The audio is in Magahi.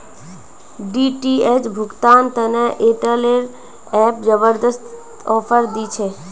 डी.टी.एच भुगतान तने एयरटेल एप जबरदस्त ऑफर दी छे